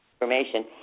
information